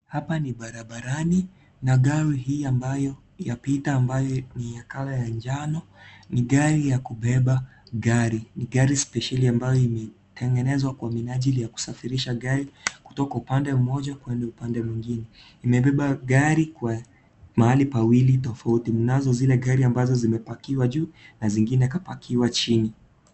Hapa ni barabarani na gari hii ambayo yapita ambayo ni ya colour ya njano, ni gari ya kubeba gari ni gari spesheli ambayo imetengenezwa kwa minajili ya kusafirisha gari kutoka upande mmoja kwenda upande mwingine ,imebeba gari kwa mahali pawili tofauti mnazo gari zile ambazo zimepakiwa juu na zingine kapakiwa chini .